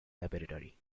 laboratory